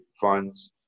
funds